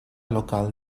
local